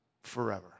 forever